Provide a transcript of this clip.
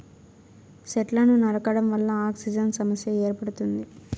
సెట్లను నరకడం వల్ల ఆక్సిజన్ సమస్య ఏర్పడుతుంది